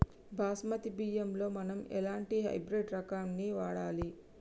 బాస్మతి బియ్యంలో మనం ఎలాంటి హైబ్రిడ్ రకం ని వాడాలి?